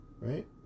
Right